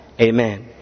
Amen